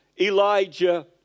Elijah